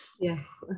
Yes